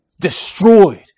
destroyed